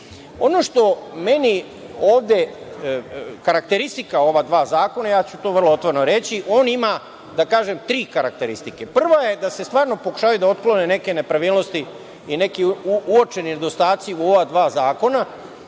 što je meni ovde karakteristika ova dva zakona, ja ću to vrlo otvoreno reći, on ima da kažem tri karakteristike. Prva je da se stvarno pokušavaju otkloniti neke nepravilnosti i neki uočeni nedostaci u ova dva zakona